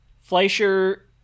Fleischer